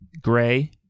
Gray